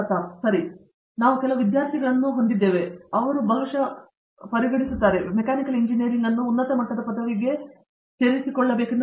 ಪ್ರತಾಪ್ ಹರಿಡೋಸ್ ಸರಿ ಆದ್ದರಿಂದ ಸರಿ ಈಗ ನಾವು ಕೆಲವು ವಿದ್ಯಾರ್ಥಿಗಳನ್ನು ಹೊಂದಿದ್ದೇವೆ ಅವರು ಬಹುಶಃ ಪರಿಗಣಿಸುತ್ತಿದ್ದಾರೆ ನಿಮಗೆ ಮೆಕ್ಯಾನಿಕಲ್ ಎಂಜಿನಿಯರಿಂಗ್ ಅನ್ನು ಉನ್ನತ ಮಟ್ಟದ ಪದವಿಗೆ ಸೇರಿಸಿಕೊಳ್ಳುತ್ತೇವೆ